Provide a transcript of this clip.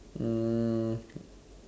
um